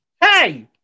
Hey